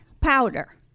powder